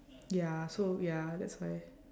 ya so ya that's why